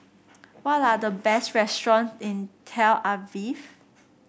what are the best restaurant in Tel Aviv